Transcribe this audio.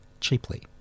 cheaply